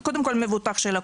זה קודם כל מבוטח של הקופה.